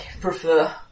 prefer